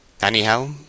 anyhow